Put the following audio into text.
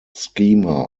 schema